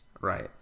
Right